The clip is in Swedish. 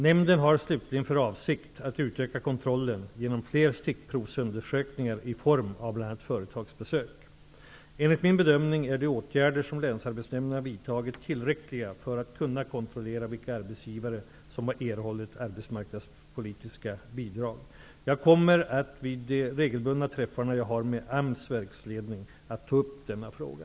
Nämnden har slutligen för avsikt att utöka kontrollen genom fler stickprovsundersökningar i form av bl.a. Enligt min bedömning är de åtgärder som länsarbetsnämnden har vidtagit tillräckliga för att kunna kontrollera vilka arbetsgivare som har erhållit arbetsmarknadspolitiska bidrag. Jag kommer att vid de regelbundna träffarna jag har med AMS verksledning att ta upp denna fråga.